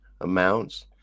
amounts